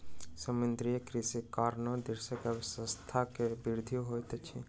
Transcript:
समुद्रीय कृषिक कारणेँ देशक अर्थव्यवस्था के वृद्धि होइत अछि